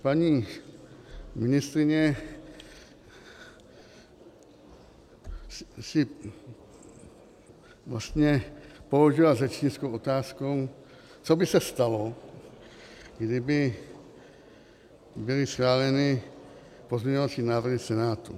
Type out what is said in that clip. Paní ministryně si vlastně položila řečnickou otázku, co by se stalo, kdyby byly schváleny pozměňovací návrhy v Senátu.